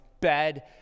bed